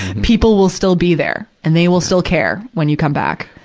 people will still be there, and they will still care when you come back.